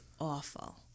awful